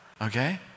Okay